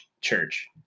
church